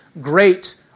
great